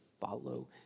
follow